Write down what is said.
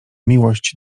miłość